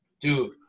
dude